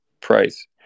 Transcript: price